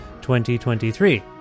2023